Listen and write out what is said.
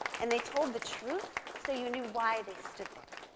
and they told the truth, so you knew why they stood there.